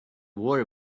wore